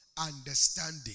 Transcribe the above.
understanding